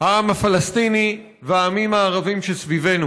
העם הפלסטיני והעמים הערבים שסביבנו.